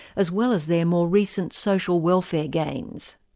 as well as their more recent social welfare gains.